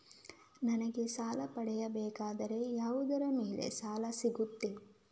ನನಗೆ ಸಾಲ ಪಡೆಯಬೇಕಾದರೆ ಯಾವುದರ ಮೇಲೆ ಸಾಲ ಸಿಗುತ್ತೆ?